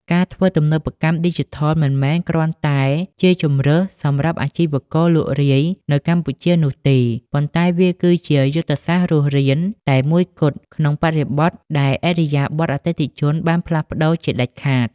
ការធ្វើទំនើបកម្មឌីជីថល មិនមែនគ្រាន់តែជា "ជម្រើស" សម្រាប់អាជីវករលក់រាយនៅកម្ពុជានោះទេ ប៉ុន្តែវាគឺជា "យុទ្ធសាស្ត្ររស់រាន" តែមួយគត់ ក្នុងបរិបទដែលឥរិយាបថអតិថិជនបានផ្លាស់ប្តូរជាដាច់ខាត។